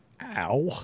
Ow